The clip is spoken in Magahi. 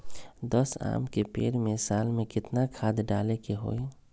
दस आम के पेड़ में साल में केतना खाद्य डाले के होई?